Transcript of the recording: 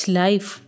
life